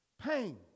pain